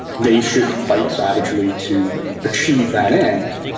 they should fight savagely to achieve that end.